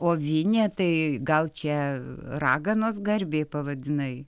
o vinė tai gal čia raganos garbei pavadinai